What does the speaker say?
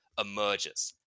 emerges